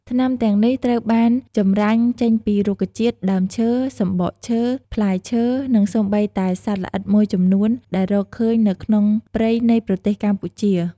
ថ្នាំទាំងនេះត្រូវបានចម្រាញ់ចេញពីរុក្ខជាតិ ដើមឈើ សំបកឈើ ផ្លែឈើ និងសូម្បីតែសត្វល្អិតមួយចំនួនដែលរកឃើញនៅក្នុងព្រៃនៃប្រទេសកម្ពុជា។